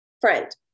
friend